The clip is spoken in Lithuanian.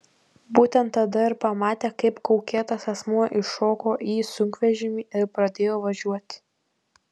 būtent tada ir pamatė kaip kaukėtas asmuo įšoko į sunkvežimį ir pradėjo važiuoti